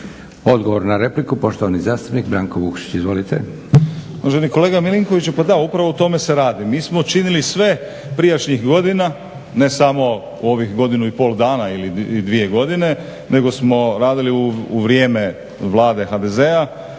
Branko (Hrvatski laburisti - Stranka rada)** Uvaženi kolega Milinkoviću, pa da, upravo o tome se radi. Mi smo učinili sve prijašnjih godina, ne samo u ovih godinu i pol dana ili dvije godine nego smo radili u vrijeme Vlade HDZ-a